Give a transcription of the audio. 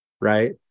Right